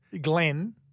Glenn